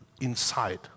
inside